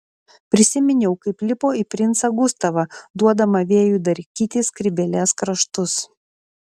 prisiminiau kaip lipo į princą gustavą duodama vėjui darkyti skrybėlės kraštus